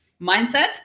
mindset